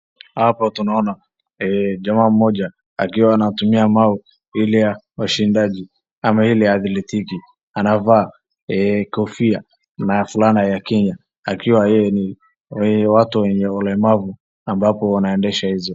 Hapa tunaona jamaa mmoja akiwa anatumiwa mawe ile ya washindaji ama ile ya athletiki . Anavaa kofia na fulana ya Kenya akiwa yeye ni watu wenye ulemavu ambapo wanaendesha hizo.